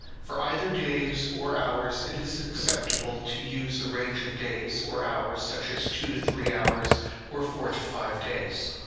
for either days or hours, it is acceptable to use a range of days or hours, such as two to three hours or four to five days.